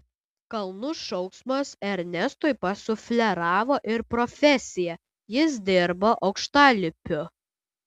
kalnų šauksmas ernestui pasufleravo ir profesiją jis dirbo aukštalipiu